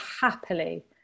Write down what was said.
happily